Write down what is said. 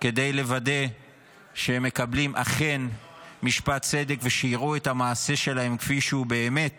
כדי לוודא שהם כאן מקבלים משפט צדק ושיראו את המעשה שלהם כפי שהוא באמת